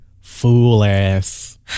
fool-ass